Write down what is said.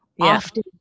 often